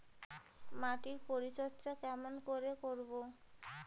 মাটির পরিচর্যা কেমন করে করব?